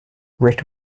rick